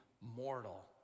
mortal